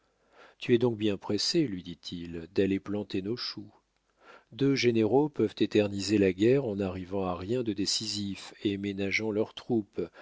tu es donc bien pressé lui dit-il d'aller planter nos choux deux généraux peuvent éterniser la guerre en n'arrivant à rien de décisif et ménageant leurs troupes